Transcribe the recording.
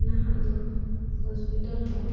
ᱱᱟᱦᱟᱜ ᱫᱚ ᱦᱚᱥᱯᱤᱴᱟᱞ ᱦᱚᱸ